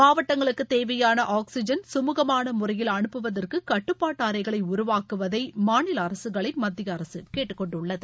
மாவட்டங்களுக்கு தேவையான ஆக்சிஜன் சமூகமான முறையில் அனுப்புவதற்கு கட்டுபாட்டு அறைகளை உருவாக்க மாநில அரசுகளை மத்திய அரசு கேட்டுக்கொண்டுள்ளது